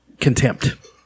contempt